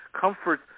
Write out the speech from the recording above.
comfort